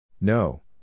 No